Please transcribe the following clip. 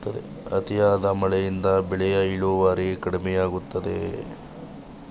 ಅತಿಯಾದ ಮಳೆಯಿಂದ ಬೆಳೆಯ ಇಳುವರಿ ಕಡಿಮೆಯಾಗುತ್ತದೆ